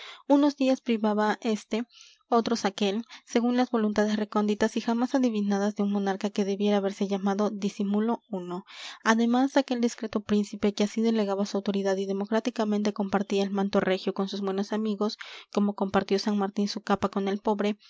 unos días privaba este otros aquel según las voluntades recónditas y jamás adivinadas de un monarca que debiera haberse llamado disimulo i además aquel discreto príncipe que así delegaba su autoridad y democráticamente compartía el manto regio con sus buenos amigos como compartió san martín su capa con el pobre